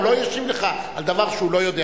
הוא לא ישיב לך על דבר שהוא לא יודע.